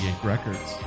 Records